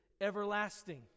everlasting